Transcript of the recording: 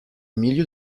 milieu